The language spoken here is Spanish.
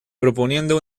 proponiendo